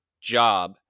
job